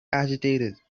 agitated